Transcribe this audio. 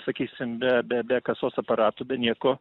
sakysim be be be kasos aparatų be nieko